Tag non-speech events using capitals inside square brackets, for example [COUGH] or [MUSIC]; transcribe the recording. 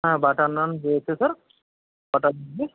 হ্যাঁ বাটার নান [UNINTELLIGIBLE] অর্ডার দিলে